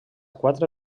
quatre